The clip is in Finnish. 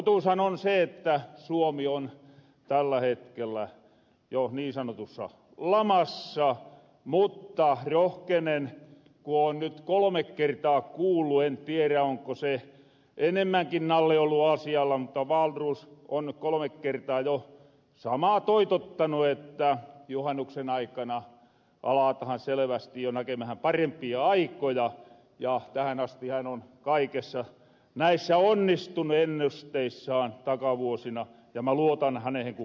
totuushan on se että suomi on tällä hetkellä jo niin sanotussa lamassa mutta rohkenen ku oon nyt kolme kertaa kuullut en tiedä onko se enemmänkin nalle ollut asialla mutta wahlroos on kolme kertaa jo samaa toitottanu että juhannuksen aikana aletahan selvästi jo näkemähän parempia aikoja ja tähän asti hän on kaikessa näissä onnistunu ennusteissaan takavuosina ja mä luotan hänehen ku kirvehen silmään